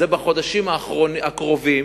בחודשים הקרובים